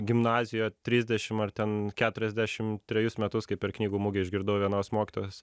gimnazijoje trisdešim ar ten keturiasdešimt trejus metus kaip per knygų mugę išgirdau vienos mokytojos